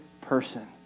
person